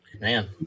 Man